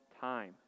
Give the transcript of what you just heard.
time